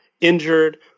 injured